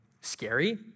scary